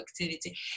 activity